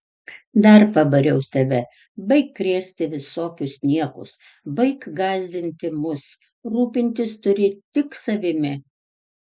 dar pabariau tave baik krėsti visokius niekus baik gąsdinti mus rūpintis turi tik savimi